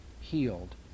healed